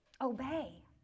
Obey